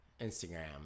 Instagram